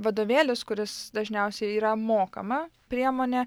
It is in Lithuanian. vadovėlis kuris dažniausiai yra mokama priemonė